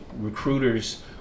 recruiters